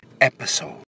episode